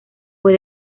fue